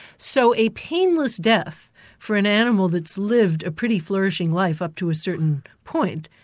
so a painless death for an animal that's lived a pretty flourishing life up to a certain point,